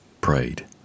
prayed